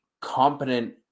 competent